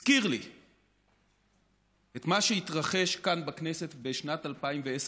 הזכיר לי את מה שהתרחש כאן בכנסת בשנת 2010,